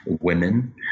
women